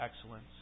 excellence